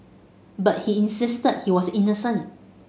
but he insisted he was innocent